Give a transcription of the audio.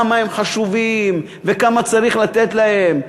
כמה הם חשובים וכמה צריך לתת להם,